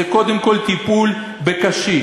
זה קודם כול טיפול בקשיש,